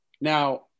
Now